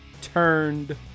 turned